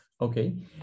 Okay